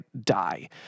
die